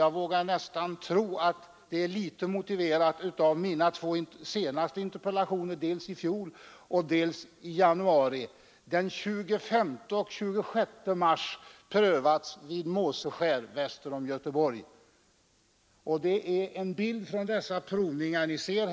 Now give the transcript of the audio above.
Jag vågar nästan tro att det skett på grund av mina två senaste interpellationer, dels i fjol, dels i januari i år. Den prövades den 25 och 26 mars vid Måseskär väster om Göteborg. Det är en bild från dessa provningar ni ser.